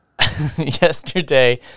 yesterday